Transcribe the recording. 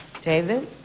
David